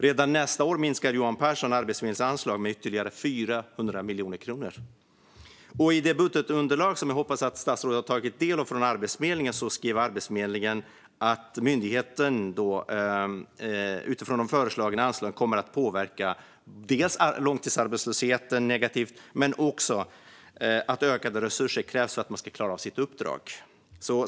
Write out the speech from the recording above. Redan nästa år minskar Johan Pehrson Arbetsförmedlingens anslag med ytterligare 400 miljoner kronor. I det budgetunderlag från Arbetsförmedlingen som jag hoppas att statsrådet har tagit del av skrev Arbetsförmedlingen att de föreslagna anslagen kommer att påverka långtidsarbetslösheten negativt och att ökade resurser krävs för att man ska klara av sitt uppdrag.